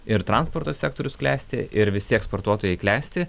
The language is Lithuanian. ir transporto sektorius klesti ir visi eksportuotojai klesti